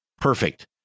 perfect